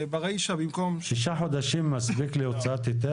ברישה במקום --- 6 חודשים מספיקים להוצאת היתר?